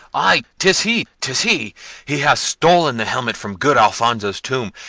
ay tis he, tis he he has stolen the helmet from good alfonso's tomb,